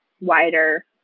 wider